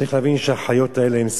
צריך להבין שהחיות האלה הן סביבנו,